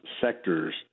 sectors